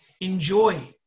enjoy